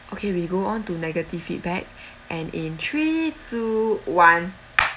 okay we go on to negative feedback and in three two one